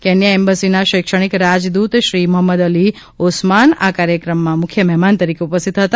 Kenya embassy ના શૈક્ષણિક રાજદૂત શ્રી મોહમ્મદ અલી ઓસમાન આ કાર્યક્રમમાં મ્રખ્ય મહેમાન તરીકે ઉપસ્થિત રહ્યા હતા